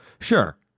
Sure